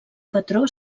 patró